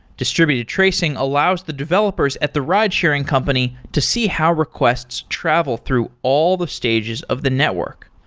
distributed tracing allows the developers at the ridesharing company to see how requests travel through all the stages of the network.